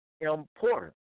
important